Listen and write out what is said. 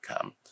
come